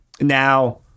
Now